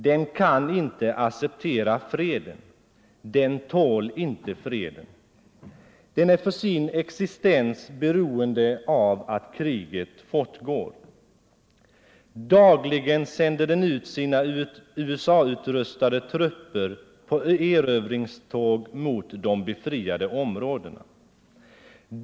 Den kan inte acceptera freden. Den tål inte freden. Den är för sin existens beroende av att kriget fortgår. Dagligen sänder den ut sina USA-utrustade trupper på erövringståg mot de befriade områdena.